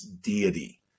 deity